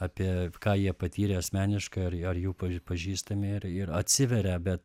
apie ką jie patyrė asmeniškai ar ar jų pa pažįstami ir ir atsiveria bet